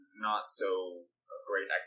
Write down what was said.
not-so-great